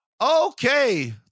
Okay